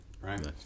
Right